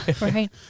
right